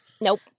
Nope